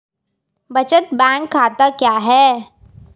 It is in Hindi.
बचत बैंक खाता क्या है?